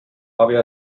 aber